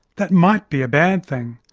that might be a bad thing,